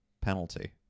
penalty